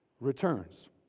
returns